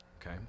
okay